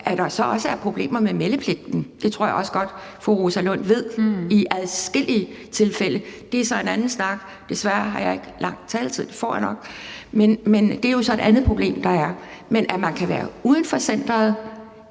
At der så også er problemer med meldepligten i adskillige tilfælde, tror jeg også godt fru Rosa Lund ved. Det er så en anden snak – desværre har jeg ikke meget taletid; det får jeg nok – og et andet problem, der er. Men at man kan være uden for centeret,